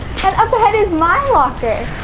and up ahead is my locker.